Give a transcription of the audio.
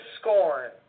scorn